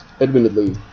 admittedly